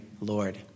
Lord